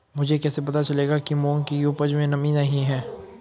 मुझे कैसे पता चलेगा कि मूंग की उपज में नमी नहीं है?